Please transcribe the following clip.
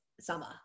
summer